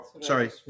sorry